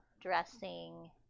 dressing